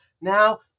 now